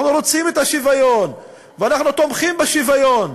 אנחנו רוצים את השוויון ואנחנו תומכים בשוויון.